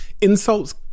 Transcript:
Insults